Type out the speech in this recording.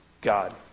God